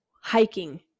hiking